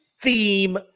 theme